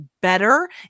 better